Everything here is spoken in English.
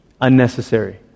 unnecessary